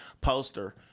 poster